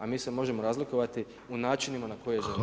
A mi se možemo razlikovati u načinima na koje